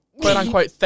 quote-unquote